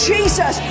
Jesus